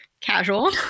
Casual